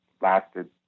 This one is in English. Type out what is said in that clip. lasted